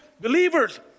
believers